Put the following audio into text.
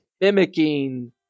mimicking